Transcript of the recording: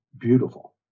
beautiful